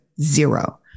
zero